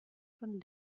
von